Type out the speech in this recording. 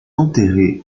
enterré